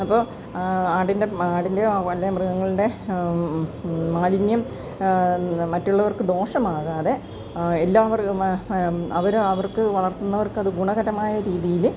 അപ്പോൾ ആടിൻ്റെ മാടിൻറ്റെയോ വല്ല മൃഗങ്ങളുടെ മാലിന്യം മറ്റുള്ളവർക്ക് ദോഷമാകാതെ എല്ലാവർ അവര് അവർക്ക് വളർത്ത്ന്നവർക്കത് ഗുണകരമായ രീതിയില്